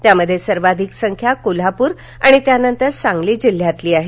यामध्ये सर्वाधिक संख्या कोल्हापुर आणि त्यानंतर सांगली जिल्ह्यातील आहे